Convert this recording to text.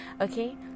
okay